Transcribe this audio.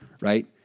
right